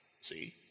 See